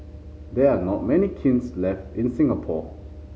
there are not many kilns left in Singapore